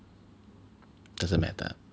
doesn't matter